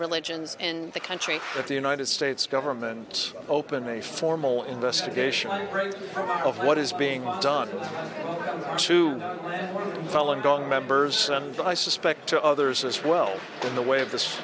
religions and the country of the united states government open a formal investigation of what is being done to my fellow gong members and i suspect to others as well in the way of this